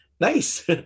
nice